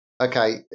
Okay